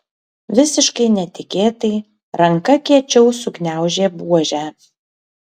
visiškai netikėtai ranka kiečiau sugniaužė buožę